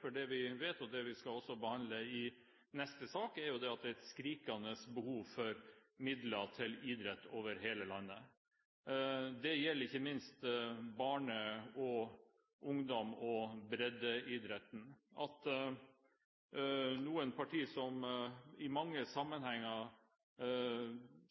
for det vi vet – og som vi også skal behandle i neste sak – er at det er et skrikende behov i hele landet for midler til idrett. Det gjelder ikke minst barne-, ungdoms- og breddeidretten. At noen partier som i mange sammenhenger